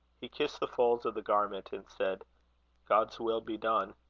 he kissed the folds of the garment, and said god's will be done.